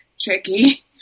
tricky